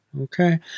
okay